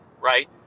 Right